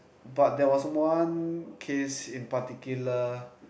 but there was one case in particular